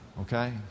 Okay